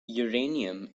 uranium